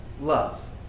love